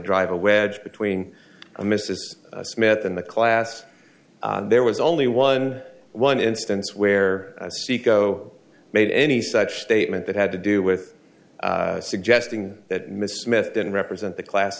drive a wedge between a mrs smith and the class there was only one one instance where saeco made any such statement that had to do with suggesting that mrs smith didn't represent the class